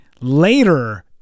later